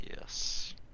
Yes